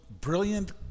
brilliant